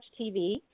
TV